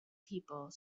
people